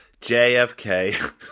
JFK